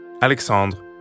Alexandre